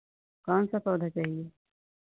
कौन सा पौधा चाहिए